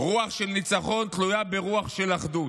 רוח של ניצחון תלויה ברוח של אחדות,